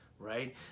right